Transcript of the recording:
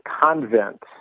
Convent